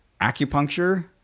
acupuncture